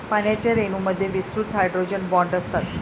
पाण्याच्या रेणूंमध्ये विस्तृत हायड्रोजन बॉण्ड असतात